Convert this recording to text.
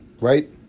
Right